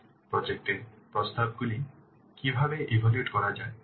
সুতরাং প্রজেক্ট এর প্রস্তাবগুলি কীভাবে ইভালুয়েট করা যায়